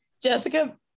Jessica